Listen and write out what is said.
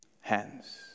hands